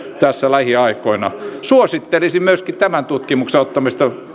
tässä lähiaikoina suosittelisin myöskin tämän tutkimuksen ottamista